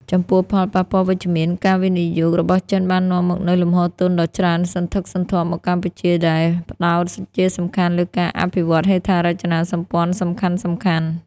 ចំពោះផលប៉ះពាល់វិជ្ជមាន ការវិនិយោគរបស់ចិនបាននាំមកនូវលំហូរទុនដ៏ច្រើនសន្ធឹកសន្ធាប់មកកម្ពុជា ដែលផ្តោតជាសំខាន់លើការអភិវឌ្ឍន៍ហេដ្ឋារចនាសម្ព័ន្ធសំខាន់ៗ។